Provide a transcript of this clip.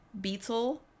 beetle